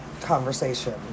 conversation